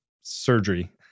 surgery